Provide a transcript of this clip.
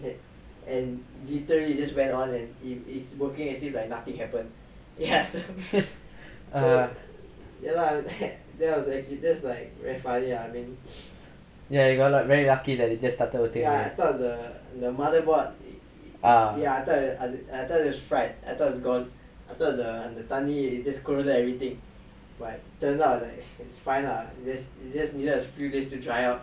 ya you got very lucky that it just started